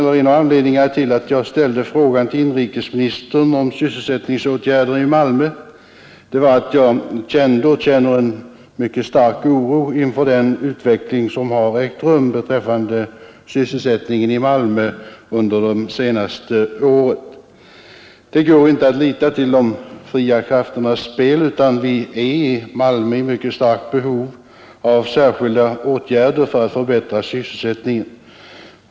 En av anledningarna till att jag ställde frågan om sysselsättningsåtgärder i Malmö var att jag kände och känner en mycket stark oro inför den utveckling som ägt rum beträffande sysselsättningen i Malmö under det senaste året. Det går inte att lita till de fria krafternas spel; vi är i Malmö i starkt behov av särskilda åtgärder för att förbättra sysselsättningen.